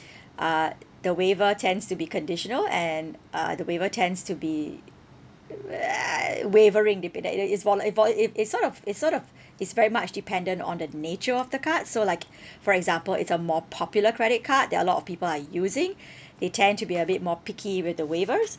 uh the waiver tends to be conditional and uh the waiver tends to be wavering depe~ that it's vol~ uh it vol~ it it's sort of it's sort of it's very much dependent on the nature of the card so like for example it's a more popular credit card there are a lot of people are using they tend to be a bit more picky with the waivers